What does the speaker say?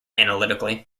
analytically